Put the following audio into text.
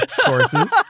courses